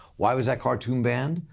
why was that cartoon banned?